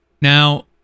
Now